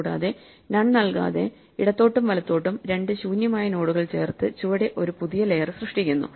കൂടാതെ നൺ നൽകാതെ ഇടത്തോട്ടും വലത്തോട്ടും രണ്ട് ശൂന്യമായ നോഡുകൾ ചേർത്ത് ചുവടെ ഒരു പുതിയ ലെയർ സൃഷ്ടിക്കുന്നു